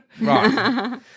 Right